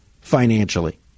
financially